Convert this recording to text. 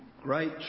great